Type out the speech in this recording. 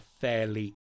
fairly